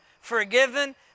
forgiven